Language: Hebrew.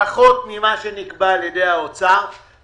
פחות ממה שנקבע על ידי האוצר,